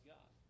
God